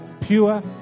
pure